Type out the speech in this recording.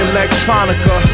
Electronica